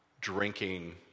drinking